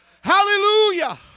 hallelujah